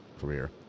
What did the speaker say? career